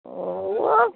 ও ও